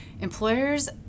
employers